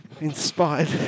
inspired